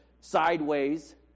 sideways